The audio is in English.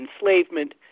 enslavement